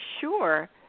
sure